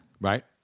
right